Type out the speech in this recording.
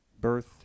Birth